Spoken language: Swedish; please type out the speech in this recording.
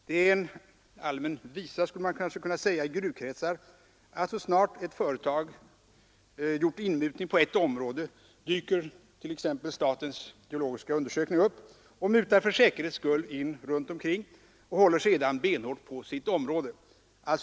Det är en allmän visa, skulle man kanske kunna säga, i gruvkretsar att så snart ett företag gjort inmutning på ett område dyker t.ex. Sveriges geologiska undersökning upp, mutar för säkerhets skull in runt omkring och håller sedan benhårt på sitt område.